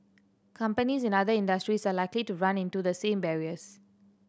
companies in other industries are likely to run into the same barriers